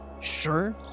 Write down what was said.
Sure